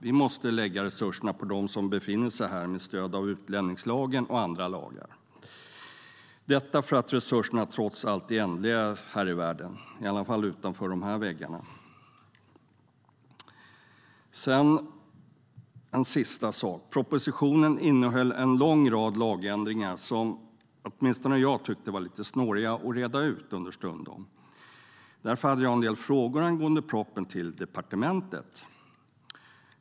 Vi måste lägga resurserna på dem som befinner sig här med stöd av utlänningslagen och andra lagar, detta för att resurserna trots allt är ändliga - i alla fall utanför de här väggarna. En sista sak: Propositionen innehöll en lång rad lagändringar som åtminstone jag understundom tyckte var lite snåriga att reda ut. Därför hade jag en del frågor angående propositionen till departementet.